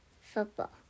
football